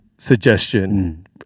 suggestion